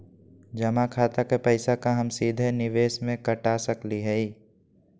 जमा खाता के पैसा का हम सीधे निवेस में कटा सकली हई?